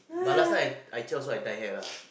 but last time I I also I dye hair lah